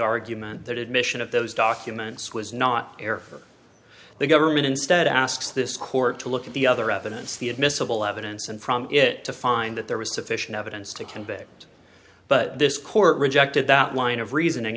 argument that admission of those documents was not error the government instead asks this court to look at the other evidence the admissible evidence and from it to find that there was sufficient evidence to convict but this court rejected that line of reasoning